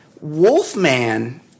Wolfman